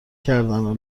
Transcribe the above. کردنو